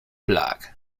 plug